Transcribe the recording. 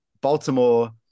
Baltimore